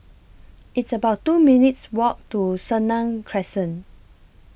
It's about two minutes' Walk to Senang Crescent